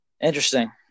Interesting